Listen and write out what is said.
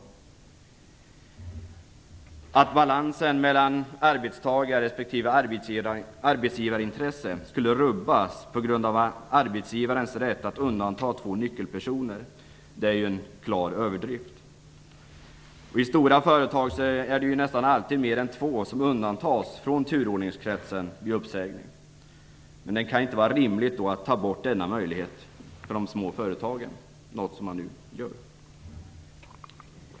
Att påstå att balansen mellan arbetstagar och arbetsgivarintresse skulle rubbas på grund av arbetsgivarens rätt att undanta två nyckelpersoner är en klar överdrift. I stora företag är nästan alltid fler än två som undantas från turordningskretsen vid uppsägning. Det kan inte vara rimligt att ta bort denna möjlighet för de små företagen, något som man nu gör.